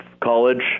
college